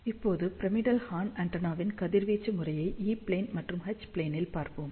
இப்போது pyramidal horn ஆண்டெனாவின் கதிர்வீச்சு முறையை ஈ ப்ளேன் மற்றும் எச் ப்ளேனில் பார்ப்போம்